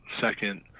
second